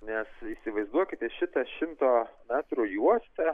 nes įsivaizduokite šitą šimto metrų juostą